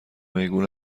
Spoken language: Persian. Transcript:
میگو